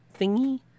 thingy